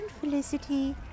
Felicity